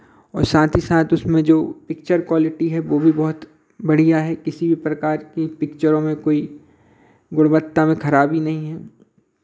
और साथ ही साथ उसमें जो पिक्चर क्वालिटी है वो भी बहुत बढ़ियाँ है किसी भी प्रकार की पिक्चरों में कोई गुणवत्ता में खराबी नहीं है